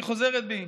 אני חוזרת בי.